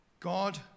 God